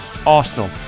Arsenal